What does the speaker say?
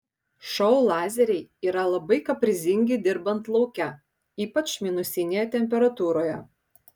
šou lazeriai yra labai kaprizingi dirbant lauke ypač minusinėje temperatūroje